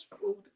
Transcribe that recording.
food